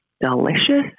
delicious